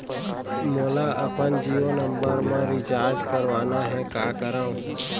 मोला अपन जियो नंबर म रिचार्ज करवाना हे, का करव?